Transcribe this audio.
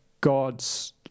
God's